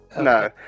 No